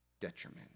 detriment